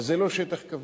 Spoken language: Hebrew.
אז זה לא שטח כבוש,